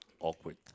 awkward